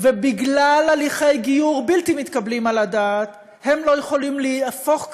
ובגלל הליכי גיור בלתי מתקבלים על הדעת הם לא יכולים להפוך כאן,